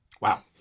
Wow